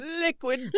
Liquid